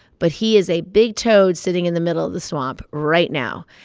but he is a big toad sitting in the middle of the swamp right now.